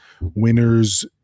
winners